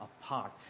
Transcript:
apart